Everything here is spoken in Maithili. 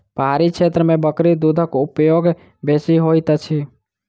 पहाड़ी क्षेत्र में बकरी दूधक उपयोग बेसी होइत अछि